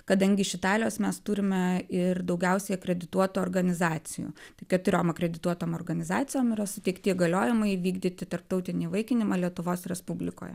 kadangi iš italijos mes turime ir daugiausiai akredituotų organizacijų tai keturiom akredituotom organizacijom yra suteikti įgaliojimai vykdyti tarptautinį įvaikinimą lietuvos respublikoje